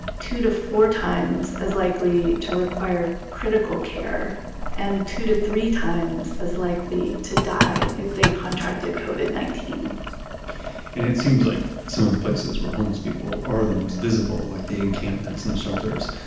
two to four times as likely to require critical care and two to three times as likely to die if they contracted covid nineteen point and it seems like some of the places where homeless people are the most visible, like the encampments and the shelters,